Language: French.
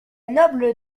noble